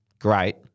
Great